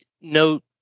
note